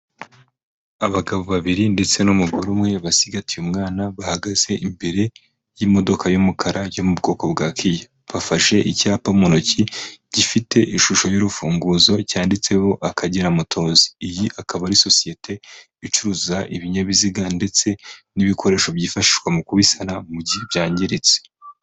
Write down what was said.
Abagabo babiri ndetse n'umugore umwe basigatiye umwana, bahagaze imbere y'imodoka y'umukara yo mu bwoko bwa kiya. Bafashe icyapa mu ntoki gifite ishusho y'urufunguzo cyanditseho Akagera motozi. Iyi akaba ari sosiyete icuruza ibinyabiziga ndetse n'ibikoresho byifashishwa mu kubisana mu gihe byangiritse.